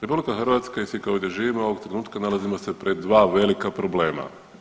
RH i svi koji ovdje živimo ovog trenutka nalazimo se pred dva velika problema.